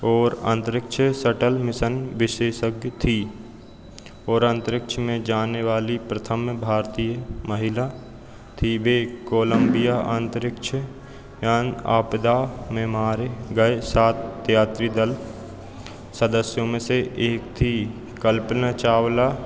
और अंतरिक्ष shuttle mission विशेषज्ञ थी और अंतरिक्ष में जाने वाली प्रथम भारतीय महिला थी वे कोलंबिया अंतरिक्ष यान आपदा में मारे गए सात यात्री दल सदस्यों में से एक थी कल्पना चावला